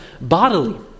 bodily